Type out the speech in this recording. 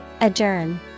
Adjourn